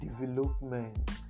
development